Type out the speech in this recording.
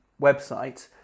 website